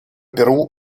перу